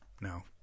no